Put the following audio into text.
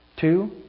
Two